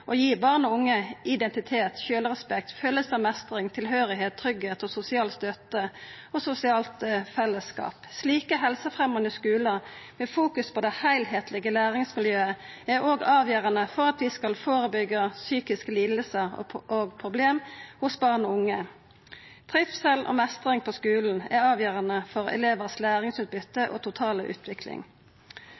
gi barn og unge identitet, sjølvrespekt, følelse av meistring, tilhøyrsle, tryggleik, sosial støtte og sosialt fellesskap. Slike helsefremjande skular med fokus på det heilskaplege læringsmiljøet er òg avgjerande for at vi skal førebyggja psykiske lidingar og problem hos barn og unge. Trivsel og meistring på skulen er avgjerande for elevars læringsutbytte og totale utvikling.